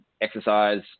exercise